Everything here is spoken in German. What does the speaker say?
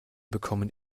bekommen